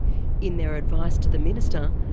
in their advice to the minister,